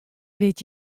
wit